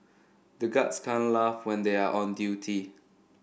the guards can't laugh when they are on duty